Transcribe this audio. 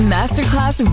Masterclass